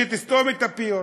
שתסתום את הפיות.